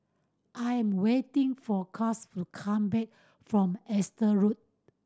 I am waiting for Cass to come back from Exeter Road